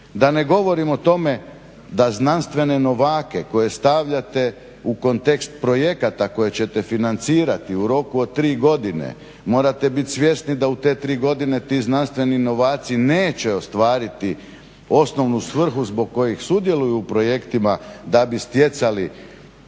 Da ne govorim o tome da znanstvene novake koje stavljate u kontekst projekata koje ćete financirati u roku od tri godine, morate biti svjesni da u te tri godine ti znanstveni novaci neće ostvariti osnovnu svrhu zbog kojih sudjeluju u projektima da bi stjecali